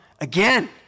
again